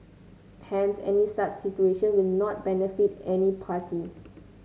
hence any such situation will not benefit any party